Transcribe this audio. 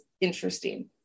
interesting